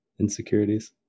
insecurities